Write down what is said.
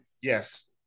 Yes